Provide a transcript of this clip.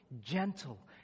gentle